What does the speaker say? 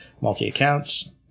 multi-accounts